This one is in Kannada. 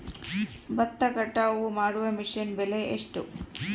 ಭತ್ತ ಕಟಾವು ಮಾಡುವ ಮಿಷನ್ ಬೆಲೆ ಎಷ್ಟು?